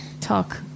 talk